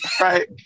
right